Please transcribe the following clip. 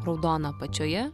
raudona apačioje